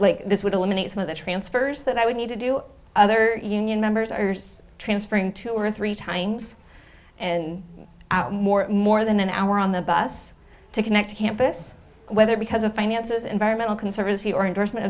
like this would eliminate some of the transfers that i would need to do other union members are transferring two or three times and more more than an hour on the bus to connect to campus whether because of finances environmental conservancy or endorsement